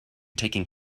taking